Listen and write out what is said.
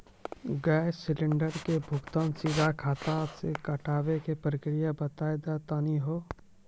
Gas cylinder के भुगतान सीधा खाता से कटावे के प्रक्रिया बता दा तनी हो?